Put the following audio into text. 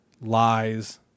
lies